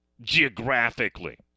geographically